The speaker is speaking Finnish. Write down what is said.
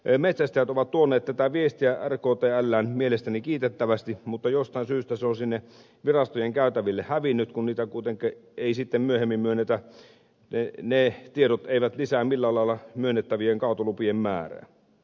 metsästäjät ovat tuoneet tätä viestiä rktlään mielestäni kiitettävästi mutta jostain syystä se on sinne virastojen käytäville hävinnyt kun ita kuten käy ei sitten myöhemmin myönnetä ne tiedot eivät lisää millään lailla myönnettävien kaatolupien määrää